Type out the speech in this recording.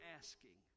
asking